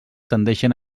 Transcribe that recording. tendeixen